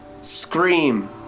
scream